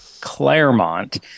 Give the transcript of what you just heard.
Claremont